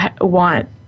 want